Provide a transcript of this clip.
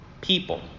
people